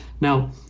Now